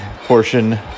portion